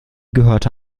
gehörte